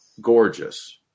gorgeous